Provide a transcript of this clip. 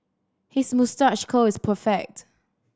his moustache curl is perfect